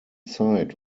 zeit